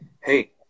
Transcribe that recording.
hey